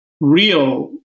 real